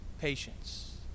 patience